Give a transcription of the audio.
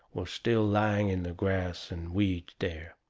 was still laying in the grass and weeds there.